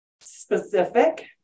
specific